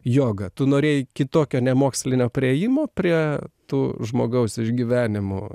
joga tu norėjai kitokio nemokslinio priėjimo prie tų žmogaus išgyvenimų